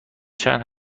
چند